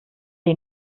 dir